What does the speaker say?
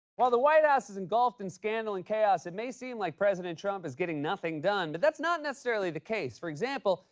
while the white house is engulfed in scandal and chaos, it may seem like president trump is getting nothing done, but that's not necessarily the case. for example,